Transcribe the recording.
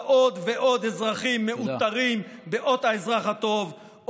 עוד ועוד אזרחים מעוטרים באות האזרח הטוב,